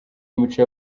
imico